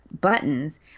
buttons